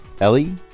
Ellie